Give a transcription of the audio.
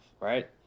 right